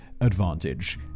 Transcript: advantage